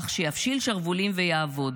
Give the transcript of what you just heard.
אך שיפשיל שרוולים ויעבוד.